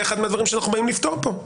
אחד מהדברים שאנחנו באים לפתור כאן.